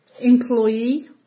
Employee